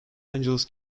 angeles